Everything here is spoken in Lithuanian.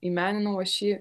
į meninau aš jį